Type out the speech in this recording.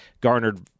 garnered